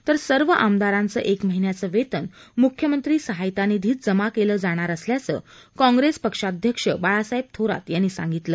तर सर्व आमदारांचं एक महिन्याचं वेतन मुख्यमंत्री सहायता निधीत जमा केलं जाणार असल्याचं काँप्रेस पक्षाध्यक्ष बाळासाहेब थोरात यांनी सांगितलं